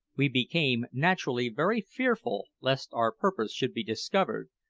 we became naturally very fearful lest our purpose should be discovered,